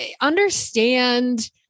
understand